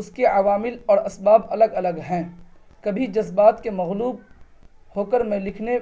اس کے عوامل اور اسباب الگ الگ ہیں کبھی جذبات کے مغلوب ہو کر میں لکھنے